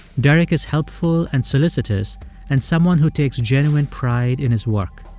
derek is helpful and solicitous and someone who takes genuine pride in his work.